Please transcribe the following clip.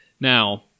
Now